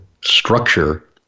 structure